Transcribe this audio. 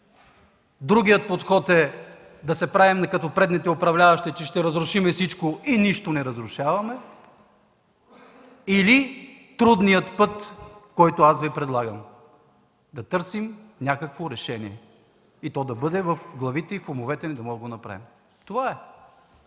Другият подход е да се правим, както предните управляващи, че ще разрушим всичко, а нищо не разрушаваме. Или трудният път, който аз Ви предлагам, е да търсим някакво решение, което да бъде в главите и в умовете, за да можем да го направим. Това е.